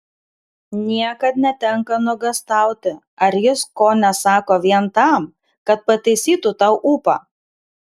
niekad netenka nuogąstauti ar jis ko nesako vien tam kad pataisytų tau ūpą